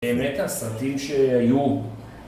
באמת הסרטים ש...היו